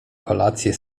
kolację